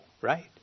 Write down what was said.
right